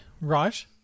right